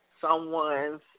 someone's